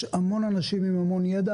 יש המון אנשים עם המון ידע.